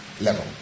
level